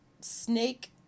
Snake